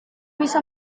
bisa